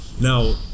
now